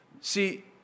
See